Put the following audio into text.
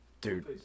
dude